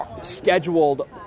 scheduled